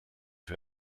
für